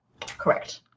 Correct